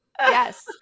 yes